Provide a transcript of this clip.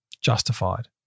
justified